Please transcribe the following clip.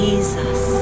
Jesus